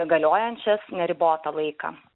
galiojančias neribotą laiką